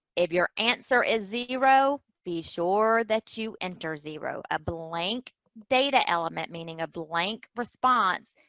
if your answer is zero, be sure that you enter zero. a blank data element, meaning a blank response,